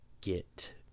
get